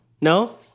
No